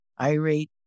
irate